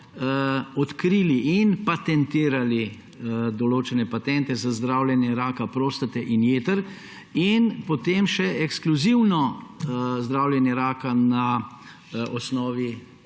odkrili in patentirali določene patente za zdravljenje raka prostate in jeter, potem pa še ekskluzivno zdravljenje raka na osnovi